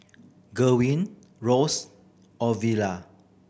Gwen Ross Ovila